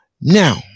Now